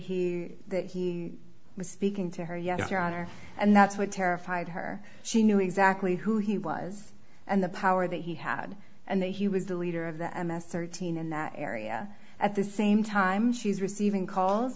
he that he was speaking to her yes your honor and that's what terrified her she knew exactly who he was and the power that he had and that he was the leader of the m s thirteen in that area at the same time she's receiving calls